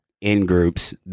in-groups